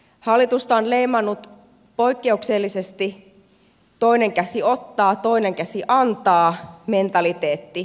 hallitusta on leimannut poikkeuksellisesti toinen käsi ottaa toinen käsi antaa mentaliteetti